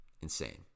Insane